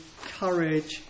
courage